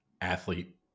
athlete